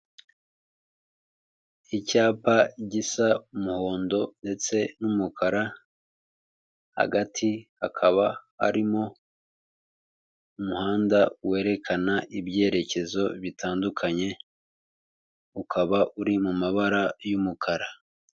Icyapa gisa umuhondo ndetse n'umukara, hagati hakaba harimo umuhanda werekana ibyerekezo bitandukanye, ukaba uri mu mabara y'umukara.